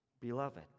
Beloved